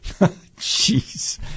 Jeez